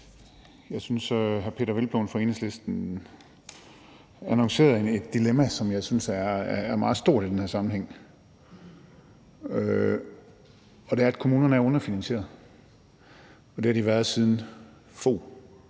formand. Hr. Peder Hvelplund fra Enhedslisten annoncerede et dilemma, som jeg synes er meget stort i den her sammenhæng, og det er, at kommunerne er underfinansierede. Det har de været siden